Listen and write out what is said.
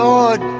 Lord